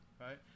right